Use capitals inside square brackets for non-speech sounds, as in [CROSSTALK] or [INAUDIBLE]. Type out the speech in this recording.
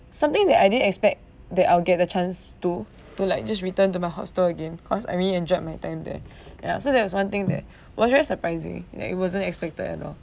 something that I didn't expect that I'll get a chance to to like just return to my hostel again cause I really enjoyed my time there [BREATH] and also that was one thing that [BREATH] was very surprising that it wasn't expected at all